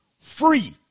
free